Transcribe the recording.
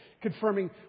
confirming